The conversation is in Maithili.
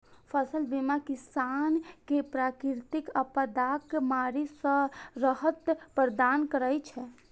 फसल बीमा किसान कें प्राकृतिक आपादाक मारि सं राहत प्रदान करै छै